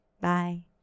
Bye